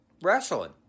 wrestling